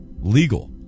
legal